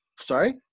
Sorry